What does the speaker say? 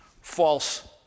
false